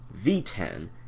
V10